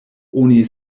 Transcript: oni